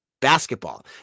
basketball